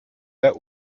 der